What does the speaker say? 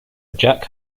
jack